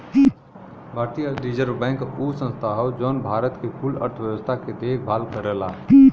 भारतीय reserve bank उ संस्था हौ जौन भारत के कुल अर्थव्यवस्था के देखभाल करला